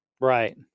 right